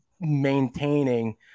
maintaining